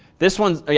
this one's